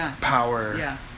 power